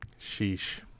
Sheesh